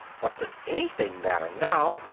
what does anything matter now!